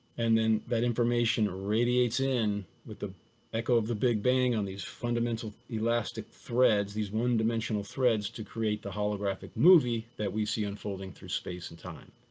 and then that information radiates in with the echo of the big bang on these fundamental elastic threads, these one dimensional threads to create the holographic movie that we see unfolding through space and time.